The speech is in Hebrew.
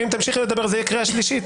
ואם תמשיכי לדבר זו תהיה קריאה שלישית.